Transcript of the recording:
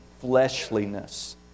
Fleshliness